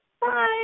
Bye